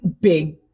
big